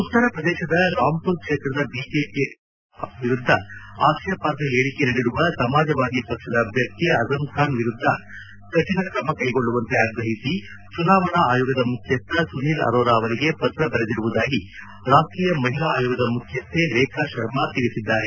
ಉತ್ತರ ಪ್ರದೇಶದ ರಾಮ್ಪುರ್ ಕ್ಷೇತ್ರದ ಬಿಜೆಪಿ ಅಭ್ಯರ್ಥಿ ಜಯಪ್ರದ ವಿರುದ್ಧ ಆಕ್ಷೇಪಾರ್ಹ ಹೇಳಿಕೆ ನೀಡಿರುವ ಸಮಾಜವಾದಿ ಪಕ್ಷದ ಅಭ್ಯರ್ಥಿ ಅಜಂಬಾನ್ ವಿರುದ್ಧ ಕಠಣ ಕ್ರಮ ಕೈಗೊಳ್ಳುವಂತೆ ಆಗ್ರಹಿಸಿ ಚುನಾವಣಾ ಆಯೋಗದ ಮುಖ್ಯಸ್ಥ ಸುನಿಲ್ ಅರೋರಾ ಅವರಿಗೆ ಪತ್ರ ಬರೆದಿರುವುದಾಗಿ ರಾಷ್ಟೀಯ ಮಹಿಳಾ ಆಯೋಗದ ಮುಖ್ಯಸ್ಥೆ ರೇಖಾ ಶರ್ಮಾ ತಿಳಿಸಿದ್ದಾರೆ